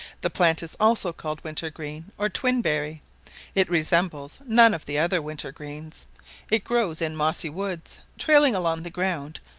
the plant is also called winter-green, or twin-berry it resembles none of the other winter-greens it grows in mossy woods, trailing along the ground,